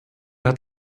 hat